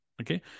Okay